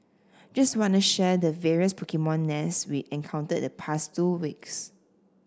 just wanna share the various Pokemon nests we encountered the past two weeks